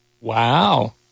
Wow